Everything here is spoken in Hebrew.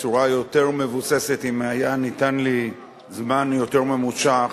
בצורה יותר מבוססת אם היה ניתן לי זמן יותר ממושך,